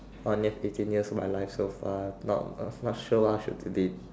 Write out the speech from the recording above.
eighteen years of my life so far not so sure what to delete